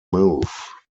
move